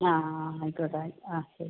ആ ആ ആ ആയിക്കോട്ടെ ആ ശരി